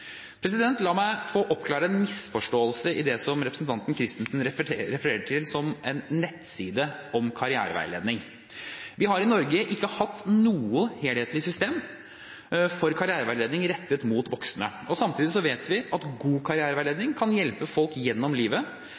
La meg få oppklare en misforståelse i det som representanten Christensen refererer til som «en nettside om karriereveiledning». Vi har i Norge ikke hatt noe helhetlig system for karriereveiledning rettet mot voksne. Samtidig vet vi at god karriereveiledning kan hjelpe folk gjennom livet